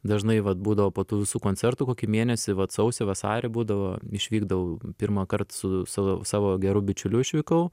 dažnai vat būdavo po tų visų koncertų kokį mėnesį vat sausį vasarį būdavo išvykdavau pirmąkart su savo savo geru bičiuliu išvykau